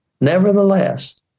Nevertheless